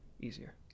easier